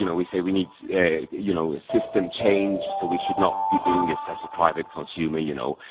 you know we say we need so a you know a system change. so, we should not be doing this as a private consumer', you know.